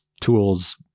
tools